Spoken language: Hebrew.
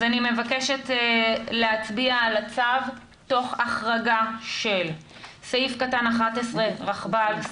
אז אני מבקשת להצביע על הצו תוך החרגה של סעיף קטן (11) רכבל,